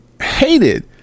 hated